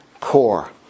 core